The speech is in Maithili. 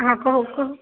हँ कहू कहू